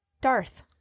Darth